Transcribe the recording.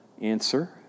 Answer